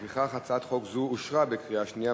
לפיכך, הצעת חוק זו אושרה בקריאה שנייה.